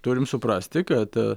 turim suprasti kad aa